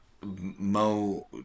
Mo